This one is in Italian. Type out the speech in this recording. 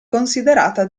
considerata